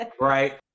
Right